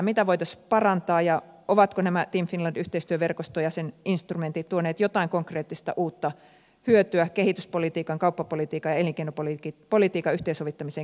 mitä voitaisiin parantaa ja ovatko team finland yhteistyöverkosto ja sen instrumentit tuoneet jotain konkreettista uutta hyötyä kehityspolitiikan kauppapolitiikan ja elinkeinopolitiikan yhteensovittamiseen kehitysmaissa